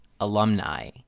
alumni –